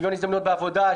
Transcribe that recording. שוויון הזדמנויות בעבודה,